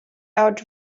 out